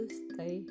stay